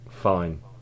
Fine